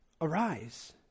arise